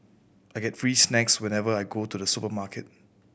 I get free snacks whenever I go to the supermarket